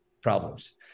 problems